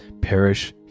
perish